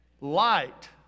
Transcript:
Light